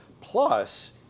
Plus